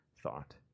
thought